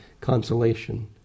consolation